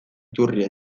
iturrira